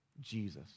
Jesus